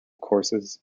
courses